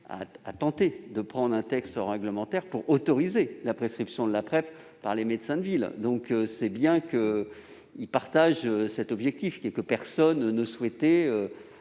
la santé a préparé un texte réglementaire pour autoriser la prescription de la PrEP par les médecins de ville, c'est bien qu'il partage cet objectif ! Personne ne souhaitait